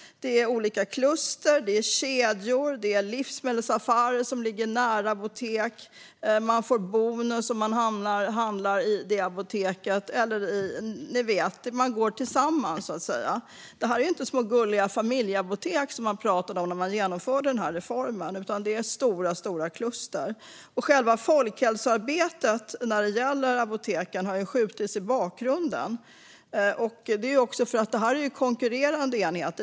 Det är olika kluster. Det är kedjor. Det är livsmedelsaffärer som ligger nära apotek - man får bonus om man handlar i det apoteket. Man går samman, så att säga. Det är inte små gulliga familjeapotek, som man pratade om när man genomförde denna reform, utan det är stora kluster. Själva folkhälsoarbetet när det gäller apoteken har skjutits i bakgrunden. Det är också för att det är konkurrerande enheter.